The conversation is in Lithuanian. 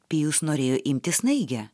pijus norėjo imti snaigę